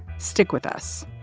stick with us